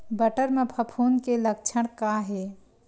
बटर म फफूंद के लक्षण का हे?